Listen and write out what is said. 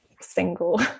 single